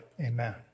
Amen